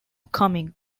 coming